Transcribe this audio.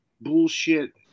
bullshit